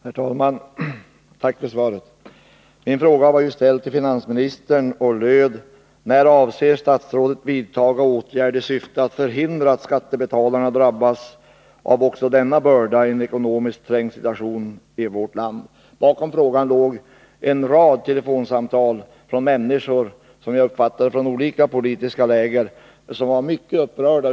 Herr talman! Tack för svaret! Min fråga var ju ställd till finansministern och löd: ”När avser statsrådet vidtaga åtgärd i syfte att förhindra att skattebetalarna drabbas av också denna börda i en ekonomiskt trängd situation för vårt land?” Bakom frågan låg en rad telefonsamtal från människor — som jag uppfattade från olika politiska läger — som var mycket upprörda.